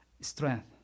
strength